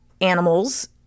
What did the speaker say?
animals